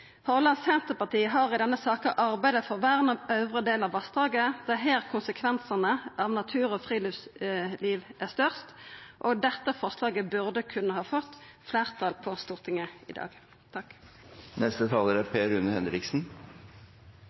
har i denne saka arbeidd for vern av den øvre delen av vassdraget. Det er her konsekvensane for natur og friluftsliv er størst. Dette forslaget burde kunna fått fleirtal på Stortinget i dag.